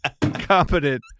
competent